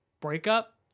breakup